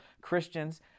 Christians